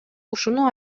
ушуну